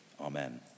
Amen